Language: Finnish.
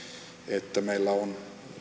että meillä on